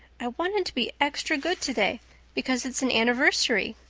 i wanted to be extra good today because it's an anniversary.